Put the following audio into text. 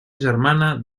germana